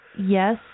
yes